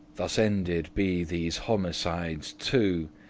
thus ended be these homicides two,